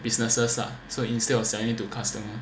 businesses lah so instead of selling it to customer